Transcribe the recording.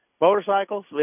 Motorcycles